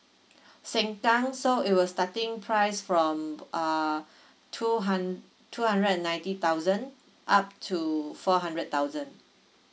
sengkang so it was starting price from uh two hun~ two hundred and ninety thousand up to four hundred thousand